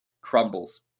crumbles